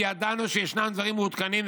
כי ידענו שיש דברים מעודכנים,